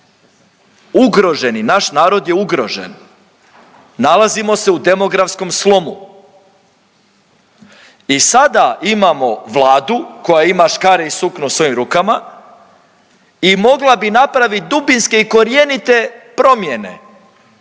Ugroženi. Naš narod je ugrožen. Nalazimo se u demografskom slomu i sada imamo Vladu koja ima škare i sukno u svojim rukama i mogla bi napravit dubinske i korjenite promjene.